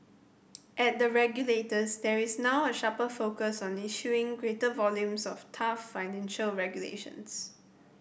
at the regulators there is now a sharper focus on issuing greater volumes of tough financial regulations